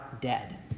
dead